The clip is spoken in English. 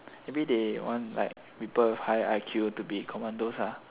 maybe they want like people high I_Q to be commandos